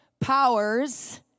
powers